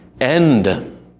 end